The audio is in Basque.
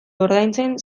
ordaintzen